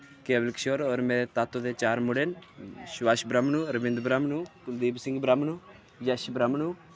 केवल किशोर होर मेरे तातो दे चार मुड़े न सुभाश ब्रैह्मनु अरबिंद ब्रैह्मनु कुलदीप सिहं ब्रैह्मनु यश ब्रैह्मनु